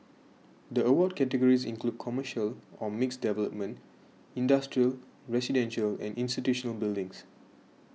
the award categories include commercial or mixed development industrial residential and institutional buildings